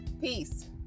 Peace